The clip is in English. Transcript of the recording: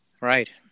right